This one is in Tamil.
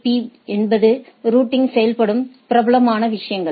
பீ என்பது ரூட்டிங் செய்யப்படும் பிரபலமான விஷயங்கள்